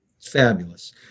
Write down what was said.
Fabulous